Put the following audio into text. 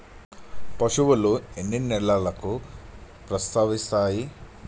పశువులు ఎన్ని నెలలకు ప్రసవిస్తాయి?